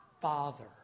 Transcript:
Father